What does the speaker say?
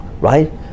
right